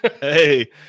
hey